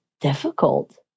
difficult